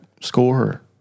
score